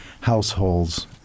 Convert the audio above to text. households